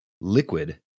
liquid